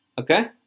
Okay